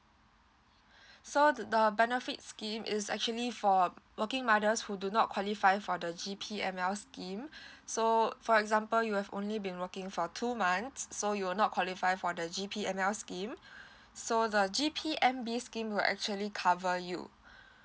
so the the benefit scheme is actually for working mothers who do not qualify for the G_P_M_L scheme so for example you have only been working for two months so you will not qualify for the G_P_M_L scheme so the G_P_M_B scheme will actually cover you